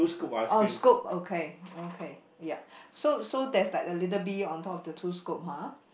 oh scoop okay okay ya so so there is like a little bee on top of the two scoop [huh]